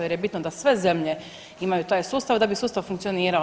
Jer je bitno da sve zemlje imaju taj sustav da bi sustav funkcionirao.